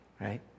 Right